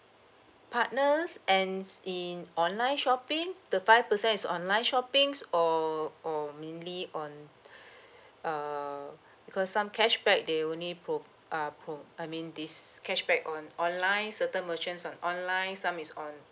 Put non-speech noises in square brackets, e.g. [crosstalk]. partners and s~ in online shopping the five percent is online shoppings or or mainly on [breath] err [breath] because some cashback they only pro~ uh prom~ I mean this cashback on online certain merchants on online some is on